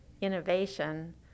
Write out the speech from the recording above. innovation